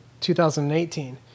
2018